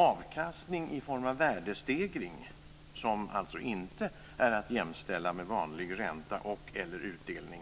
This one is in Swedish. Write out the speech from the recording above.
Avkastning i form av värdestegring, som alltså inte är att jämställa med vanlig ränta eller utdelning,